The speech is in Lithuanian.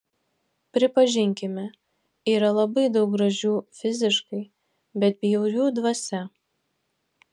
pripažinkime yra labai daug gražių fiziškai bet bjaurių dvasia